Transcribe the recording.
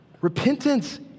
Repentance